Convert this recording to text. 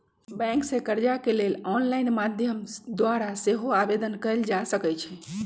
bank से कर्जा के लेल ऑनलाइन माध्यम द्वारा सेहो आवेदन कएल जा सकइ छइ